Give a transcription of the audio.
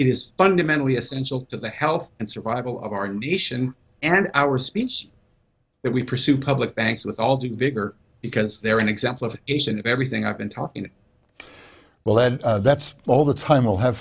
is fundamentally essential to the health and survival of our nation and our species that we pursue public banks with all due vigor because they're an example of it and everything i've been talking lead that's all the time we'll have